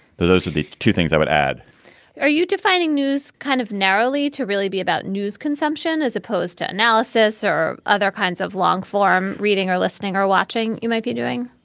those are the two things i would add are you defining news kind of narrowly to really be about news consumption as opposed to analysis or other kinds of long-form reading or listening or watching you might be doing?